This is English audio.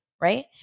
right